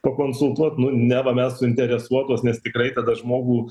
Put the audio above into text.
pakonsultuot nu neva mes suinteresuotos nes tikrai tada žmogų